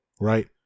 right